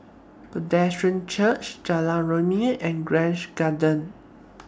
Presbyterian Church Jalan Rumia and Grange Garden